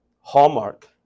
hallmark